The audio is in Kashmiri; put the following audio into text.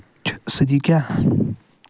چھُ سُہ دِ کیاہ